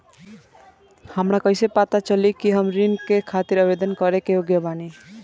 हमरा कइसे पता चली कि हम ऋण के खातिर आवेदन करे के योग्य बानी?